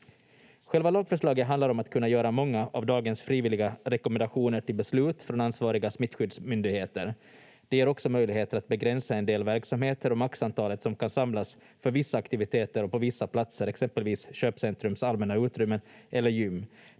Själva lagförslaget handlar om att kunna göra många av dagens frivilliga rekommendationer till beslut från ansvariga smittskyddsmyndigheter. Det ger också möjligheter att begränsa en del verksamheter och maxantalet som kan samlas för vissa aktiviteter och på vissa platser, exempelvis köpcentrums allmänna utrymmen eller gym.